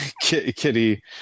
kitty